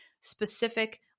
specific